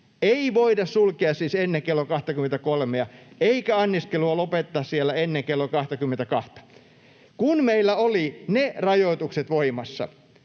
ei voida sulkea siis ennen kello 23:a, eikä anniskelua lopettaa siellä ennen kello 22:ta. Kun meillä oli ne rajoitukset voimassa,